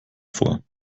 vor